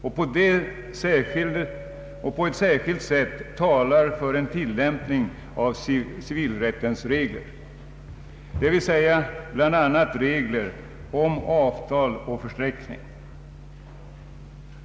Detta talar på ett särskilt sätt för en tillämpning av civilrättsliga regler, d.v.s. regler om bl.a. avtal och försträckning.